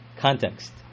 context